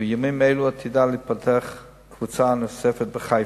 ובימים אלו עתידה להיפתח קבוצה נוספת בחיפה.